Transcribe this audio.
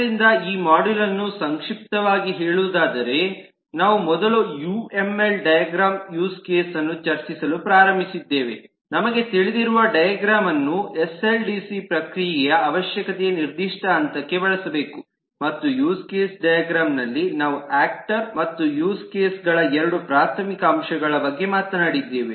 ಆದ್ದರಿಂದ ಈ ಮಾಡ್ಯೂಲ್ ಅನ್ನು ಸಂಕ್ಷಿಪ್ತವಾಗಿ ಹೇಳುವುದಾದರೆ ನಾವು ಮೊದಲ ಯುಎಂಎಲ್ ಡೈಗ್ರಾಮ್ ಯೂಸ್ ಕೇಸ್ ಅನ್ನು ಚರ್ಚಿಸಲು ಪ್ರಾರಂಭಿಸಿದ್ದೇವೆ ನಮಗೆ ತಿಳಿದಿರುವ ಡೈಗ್ರಾಮನ್ನು ಎಸ್ಡಿಎಲ್ಸಿ ಪ್ರಕ್ರಿಯೆಯ ಅವಶ್ಯಕತೆ ನಿರ್ದಿಷ್ಟ ಹಂತಕ್ಕೆ ಬಳಸಬೇಕು ಮತ್ತು ಯೂಸ್ ಕೇಸ್ ಡೈಗ್ರಾಮಲ್ಲಿ ನಾವು ಯಾಕ್ಟರ್ ಮತ್ತು ಯೂಸ್ ಕೇಸಗಳ 2 ಪ್ರಾಥಮಿಕ ಅಂಶಗಳ ಬಗ್ಗೆ ಮಾತನಾಡಿದ್ದೇವೆ